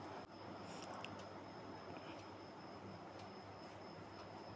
Capital ಮಾರುಕಟ್ಟೇಂದಾ ಸಾಮಾನ್ಯ ಜನ್ರೇಗೆ ಏನ್ ಉಪ್ಯೊಗಾಕ್ಕೇತಿ?